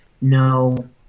No